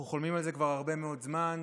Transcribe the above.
אנחנו חולמים על זה כבר הרבה מאוד זמן.